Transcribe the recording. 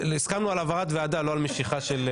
הסכמנו על העברת הנושא, לא על משיכה.